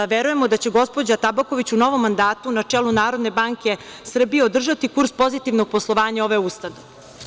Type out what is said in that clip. Verujemo da će gospođa Tabaković u novom mandatu, na čelu NBS, održati kurs pozitivnog poslovanja ove ustanove.